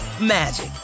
magic